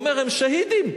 הוא אומר: הם שהידים.